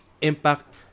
impact